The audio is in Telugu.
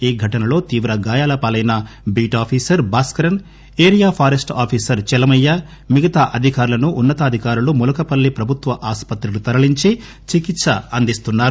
ఈ ఘటనలో తీవ్ర గాయాలపాలైన beat officer Bhaskaran area forest officer Chalamaiah మిగతా అధికారులను ఉన్న తాధికారులు ములకలపల్లి ప్రభుత్వ ఆసుపత్రికి తరలించి చికిత్స అందిస్తున్నారు